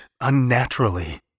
unnaturally